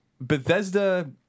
Bethesda